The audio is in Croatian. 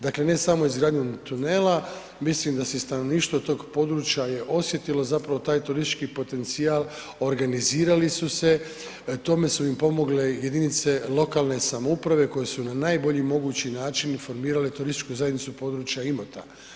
Dakle, ne samo izgradnjom tunela, mislim da se i stanovništvo tog područja je osjetilo zapravo taj turistički potencijal, organizirali su se, u tome su im pomogle jedinice lokalne samouprave koji su na najbolji mogući način formirale turističku zajednicu u područja Imota.